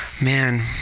man